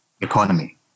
economy